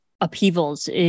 upheavals